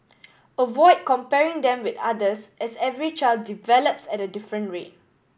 avoid comparing them with others as every child develops at a different rate